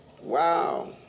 Wow